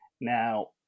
Now